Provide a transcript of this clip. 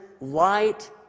light